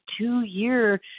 two-year